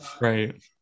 Right